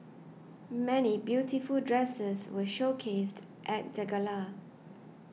many beautiful dresses were showcased at the gala